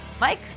Mike